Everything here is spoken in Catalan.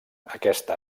aquesta